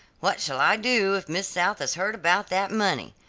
what shall i do if miss south has heard about that money?